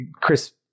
Chris